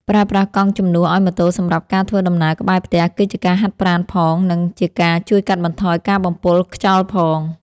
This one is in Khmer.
ប្រើប្រាស់កង់ជំនួសឱ្យម៉ូតូសម្រាប់ការធ្វើដំណើរក្បែរផ្ទះគឺជាការហាត់ប្រាណផង និង ជាការជួយកាត់បន្ថយការបំពុលខ្យល់ផង។